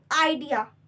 idea